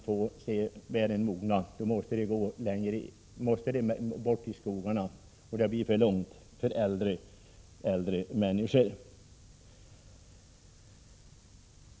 När bären är mogna måste de nu gå längre bort i skogarna för att kunna plocka mogna bär. Det kan bli för långt för äldre människor.